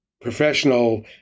professional